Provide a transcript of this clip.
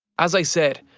as i said,